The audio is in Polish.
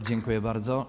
Dziękuję bardzo.